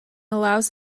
allows